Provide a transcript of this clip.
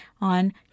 on